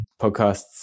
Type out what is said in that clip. podcasts